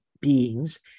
beings